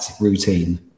routine